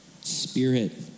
Spirit